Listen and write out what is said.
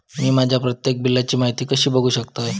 मी माझ्या प्रत्येक बिलची माहिती कशी बघू शकतय?